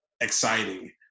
exciting